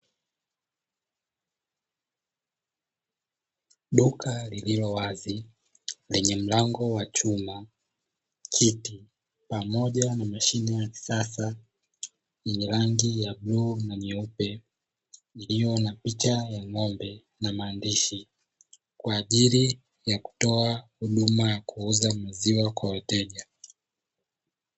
Duka lililo wazi lenye mlango wa chuma, kiti pamoja na mashine ya kisasa yenye rangi ya bluu na nyeupe iliyo na picha ya ngombe na maandishi kwa ajili ya kutoa huduma ya kuuza maziwa kwa wateja.